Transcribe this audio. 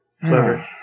Clever